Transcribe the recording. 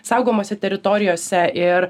saugomose teritorijose ir